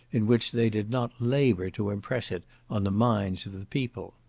in which they did not labour to impress it on the minds of the people.